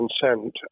consent